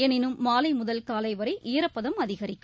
எனினும் மாலைமுதல் காலைவரைஈரப்பதம் அதிகரிக்கும்